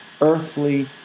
earthly